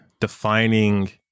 defining